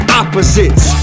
opposites